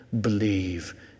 believe